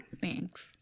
Thanks